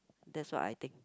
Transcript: that's what I think